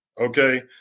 Okay